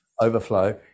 overflow